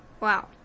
Wow